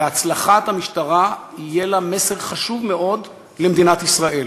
והצלחת המשטרה יהיה בה מסר חשוב מאוד למדינת ישראל.